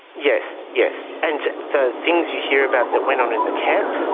yes, yes. and the things you hear about that went on in the camps,